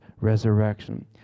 resurrection